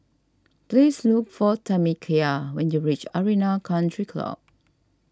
please look for Tamekia when you reach Arena Country Club